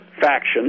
faction